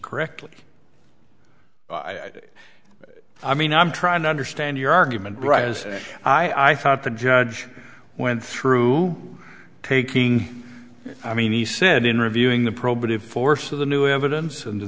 correctly i i mean i'm trying to understand your argument right as i thought the judge went through taking i mean he said in reviewing the probative force of the new evidence and to